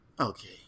Okay